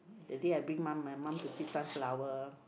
that day I bring mum my mum to see sunflower